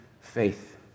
faith